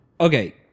okay